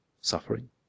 suffering